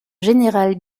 général